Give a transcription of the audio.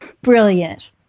brilliant